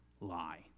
lie